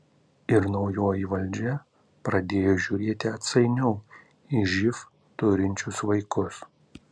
ir naujoji valdžia pradėjo žiūrėti atsainiau į živ turinčius vaikus